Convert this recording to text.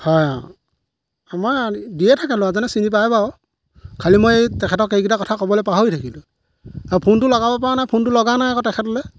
হয় সময়ত দিয়ে থাকে ল'ৰাজনে চিনি পাই বাৰু খালী মই তেখেতক এইকেইটা কথা ক'বলৈ পাহৰি থাকিলো আৰু ফোনটো লগাব পৰা নাই ফোনটো লগা নাই আকৌ তেখেতেলৈ